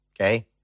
Okay